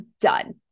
done